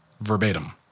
verbatim